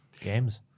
Games